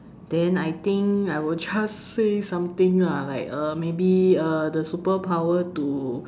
then I think I will just say something uh like uh maybe uh the superpower to